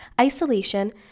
Isolation